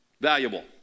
valuable